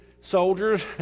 soldiers